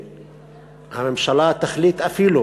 שהממשלה תחליט, אפילו